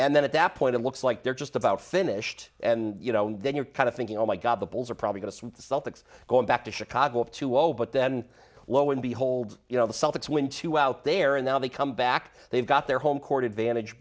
and then at that point it looks like they're just about finished and you know and then you're kind of thinking oh my god the bulls are probably going to the celtics going back to chicago to all but then lo and behold you know the celtics win two out there and now they come back they've got their home court advantage